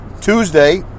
Tuesday